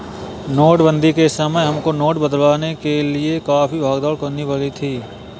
नोटबंदी के समय हमको नोट बदलवाने के लिए काफी भाग दौड़ करनी पड़ी थी